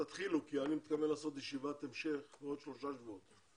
תתחילו כי אני מתכוון לעשות ישיבת המשך בעוד שלושה שבועות.